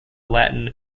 latin